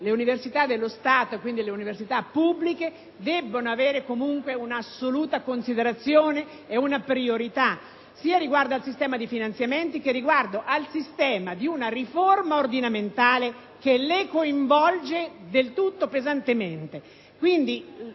le università dello Stato, quindi le università pubbliche, debbano avere comunque un'assoluta considerazione e una priorità, sia riguardo al sistema di finanziamenti che a quello di una riforma ordinamentale che le coinvolge pesantemente.